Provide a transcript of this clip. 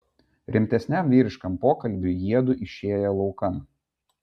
rimtesniam vyriškam pokalbiui jiedu išėję laukan